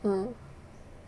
uh